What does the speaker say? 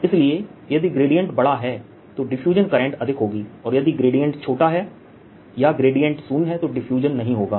इसलिए यदि ग्रेडिएंट बड़ा है तो डिफ्यूजन करंटअधिक होगी और यदि ग्रेडिएंट छोटा है या ग्रेडिएंट शून्य है तो कोई डिफ्यूजन नहीं होगा